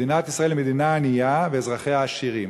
מדינת ישראל היא מדינה ענייה ואזרחיה עשירים,